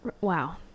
Wow